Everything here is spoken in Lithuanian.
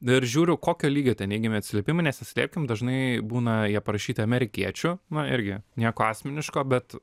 ir žiūriu kokio lygio tie neigiami atsiliepimai nes nelėpkim dažnai būna jie parašyti amerikiečių na irgi nieko asmeniško bet